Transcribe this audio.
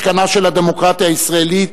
משכנה של הדמוקרטיה הישראלית,